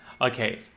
Okay